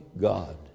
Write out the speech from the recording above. God